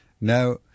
Now